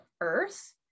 earth